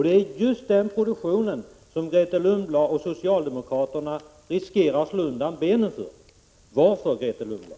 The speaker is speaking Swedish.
Det är just den produktionen som Grethe Lundblad och socialdemokraterna riskerar att slå undan benen på. Varför, Grethe Lundblad?